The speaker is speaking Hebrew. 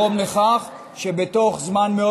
הביטול הזה יגרום לכך שבתוך זמן מאוד